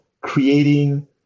creating